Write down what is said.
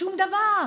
שום דבר.